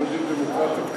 יהודית ודמוקרטית,